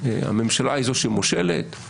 הממשלה היא זו שמושלת.